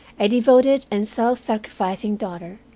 a devoted and self-sacrificing daughter,